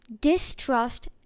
distrust